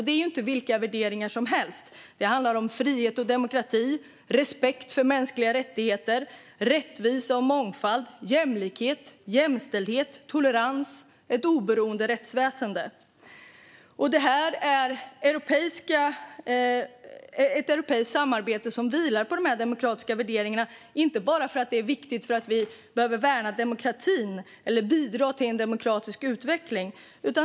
Det är inte vilka värderingar som helst. Det handlar om frihet och demokrati, respekt för mänskliga rättigheter, rättvisa och mångfald, jämlikhet, jämställdhet, tolerans och ett oberoende rättsväsen. Det är ett europeiskt samarbete som vilar på de värderingarna inte bara för att det är viktigt för att vi behöver värna demokratin eller bidra till en demokratisk utveckling.